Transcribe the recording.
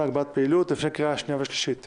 משרד האוצר עלי בינג רכז ביטוח לאומי,